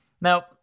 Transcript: Now